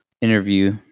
interview